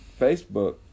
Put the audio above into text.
Facebook